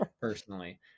personally